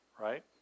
Right